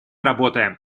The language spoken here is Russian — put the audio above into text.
работаем